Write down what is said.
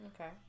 Okay